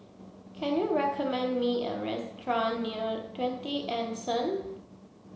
can you recommend me a restaurant near Twenty Anson